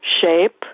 shape